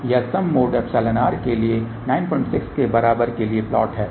तो यह sum mod εr के 96 के बराबर के लिए प्लॉट है